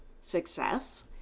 success